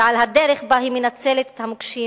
ועל הדרך שבה היא מנצלת את המוקשים